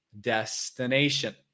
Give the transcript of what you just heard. destination